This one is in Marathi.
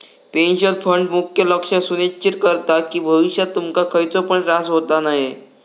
पेंशन फंड मुख्य लक्ष सुनिश्चित करता कि भविष्यात तुमका खयचो पण त्रास होता नये